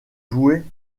jouait